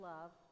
Love